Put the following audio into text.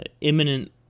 imminent